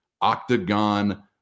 octagon